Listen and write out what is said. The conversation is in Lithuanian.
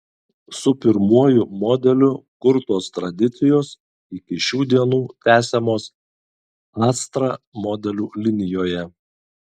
su pirmuoju modeliu kurtos tradicijos iki šių dienų tęsiamos astra modelių linijoje